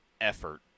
effort